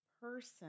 person